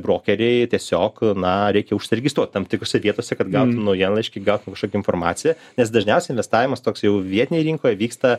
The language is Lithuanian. brokeriai tiesiog na reikia užsiregistruot tam tikrose vietose kad gautum naujienlaiškį gautum kažko informaciją nes dažniausiai investavimas toks jau vietinėj rinkoj vyksta